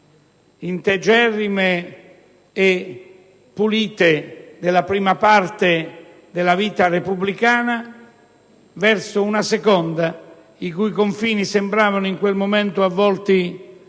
integerrime e pulite della prima parte della vita repubblicana con una seconda, i cui confini sembravano in quel momento avvolti